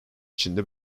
içinde